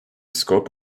scope